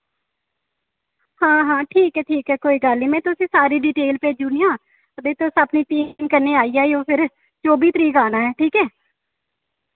हां हां ठीक ऐ ठीक ऐ कोई गल्ल नि मैं तुसें सारी डिटेल भेजुनी आं ते तुस अपनी टीम कन्नै आई जायो फिर चौह्बी तरीक आना ऐ ठीक ऐ